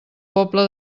pobla